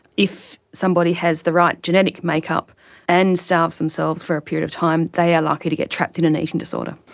if somebody has the right genetic make-up and starves themselves for a period of time, they are likely to get trapped in an eating disorder.